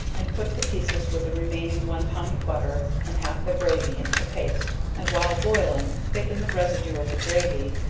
and put the pieces with the remaining one pound of butter, and half the gravy into the paste, and while boiling, thicken the residue of the gravy,